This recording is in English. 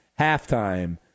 halftime